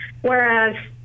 Whereas